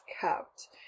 kept